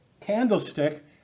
candlestick